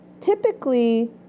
typically